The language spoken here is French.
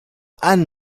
han